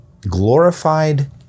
glorified